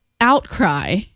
outcry